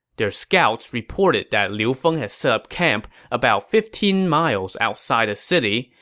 their scouts reported that liu feng had set up camp about fifteen miles outside the city,